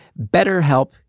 BetterHelp